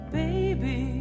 baby